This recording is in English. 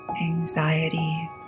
anxiety